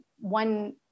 one